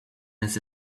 his